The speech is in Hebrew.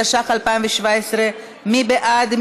התשע"ח 2017. מי בעד?